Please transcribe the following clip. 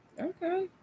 okay